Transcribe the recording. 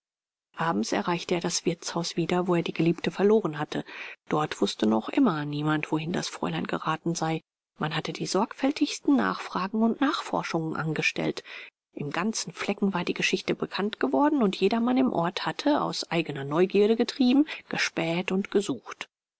abends erreichte er das wirtshaus wieder wo er die geliebte verloren hatte dort wußte noch immer niemand wohin das fräulein geraten sei man hatte die sorgfältigsten nachfragen und nachforschungen angestellt im ganzen flecken war die geschichte bekannt geworden und jedermann im ort hatte aus eigener neugierde getrieben gespäht und gesucht